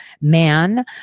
man